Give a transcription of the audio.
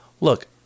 look